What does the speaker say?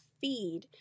feed